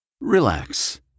Relax